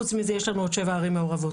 חוץ מזה יש לנו עוד שבע ערים מעורבות.